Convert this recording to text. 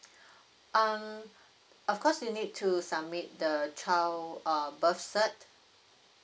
um of course you need to submit the child uh birth cert